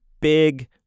big